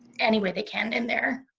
anyway they can in their